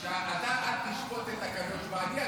אתה אל תשפוט את הקדוש ברוך הוא.